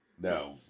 No